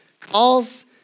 calls